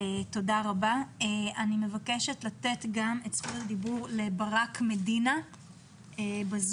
אני מבקשת לתת את זכות הדיבור לברק מדינה מטעם